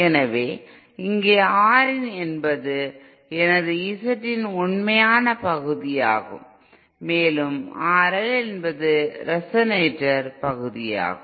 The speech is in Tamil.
எனவே இங்கே R இன் என்பது எனது Z இன் உண்மையான பகுதியாகும் மற்றும் RL என்பது ரெசனேட்டர் பகுதியாகும்